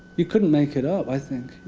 you couldn't make it up, i think